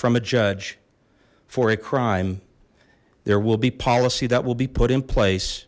from a judge for a crime there will be policy that will be put in place